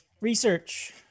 Research